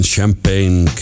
Champagne